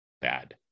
bad